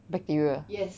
bacteria